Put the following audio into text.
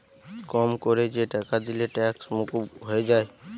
কম কোরে যে টাকা দিলে ট্যাক্স মুকুব হয়ে যায়